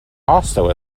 also